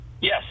yes